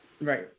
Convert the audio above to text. Right